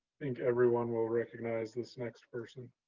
think everyone will recognize this next person.